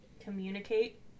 Communicate